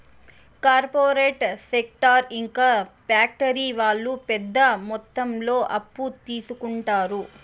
corporate sector ఇంకా factory వాళ్ళు పెద్ద మొత్తంలో అప్పు తీసుకుంటారు